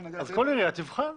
שכל חברה תבחר.